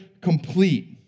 complete